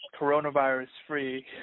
coronavirus-free